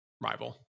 rival